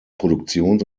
produktions